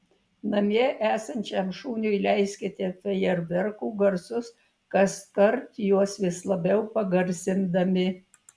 namie esančiam šuniui leiskite fejerverkų garsus kaskart juos vis labiau pagarsindami